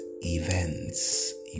events